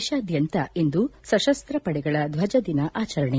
ದೇಶಾದ್ಯಂತ ಇಂದು ಸಶಸ್ತ ಪಡೆಗಳ ಧ್ವಜದಿನ ಆಚರಣೆ